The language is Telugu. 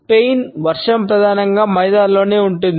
స్పెయిన్లో వర్షం ప్రధానంగా మైదానాలలోనే ఉంటుంది